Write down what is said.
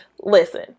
Listen